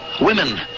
women